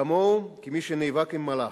כמוהו כמי שנאבק עם מלאך.